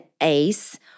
ACE